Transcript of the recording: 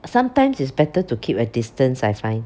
sometimes it's better to keep a distance I find